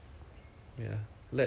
but let 我们没有 fire drill leh